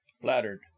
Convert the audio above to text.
flattered